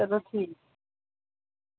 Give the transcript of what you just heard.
संगुआं ठीक